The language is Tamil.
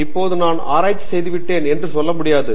இப்போது நான் ஆராய்ச்சி செய்துவிட்டேன் என்று சொல்ல முடியாது